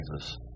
Jesus